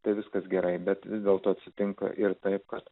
tai viskas gerai bet vis dėlto atsitinka ir taip kad